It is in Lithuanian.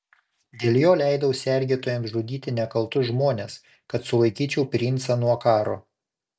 dėl jo leidau sergėtojams žudyti nekaltus žmones kad sulaikyčiau princą nuo karo